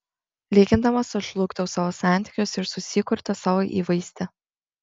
lygindamas aš žlugdau savo santykius ir susikurtą savo įvaizdį